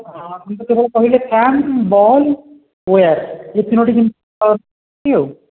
ହଁ ଆପଣ ଟୋଟାଲ୍ କହିଲେ ଫ୍ୟାନ୍ ବଲ୍ ୱେୟାର୍ ଏଇ ତିନୋଟି ଜିନିଷ ନେବି ଆଉ